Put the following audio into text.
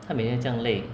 它每天这样累